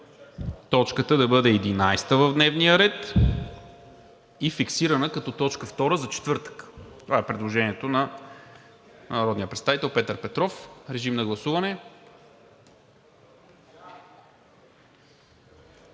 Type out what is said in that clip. точката да бъде 11 в дневния ред и фиксирана, като т. 2 за четвъртък. Това е предложението на народния представител Петър Петров. Режим на гласуване.